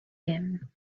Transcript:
him